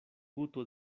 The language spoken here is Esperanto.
guto